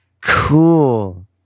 Cool